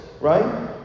right